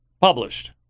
published